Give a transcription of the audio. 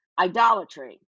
idolatry